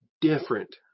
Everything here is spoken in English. different